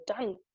done